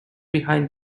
behind